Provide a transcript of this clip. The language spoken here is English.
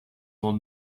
will